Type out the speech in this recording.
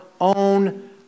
own